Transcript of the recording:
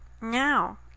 now